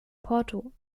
porto